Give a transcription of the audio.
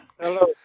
Hello